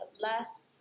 last